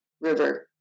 river